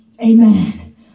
Amen